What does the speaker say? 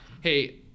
hey